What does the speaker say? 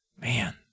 Man